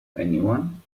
anyone